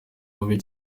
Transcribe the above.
mubi